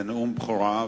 זה נאום בכורה,